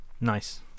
Nice